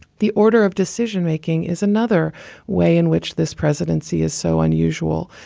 the order of decision making is another way in which this presidency is so unusual.